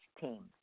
team